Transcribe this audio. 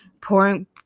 pouring –